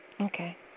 Okay